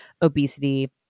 obesity